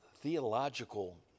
theological